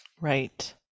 right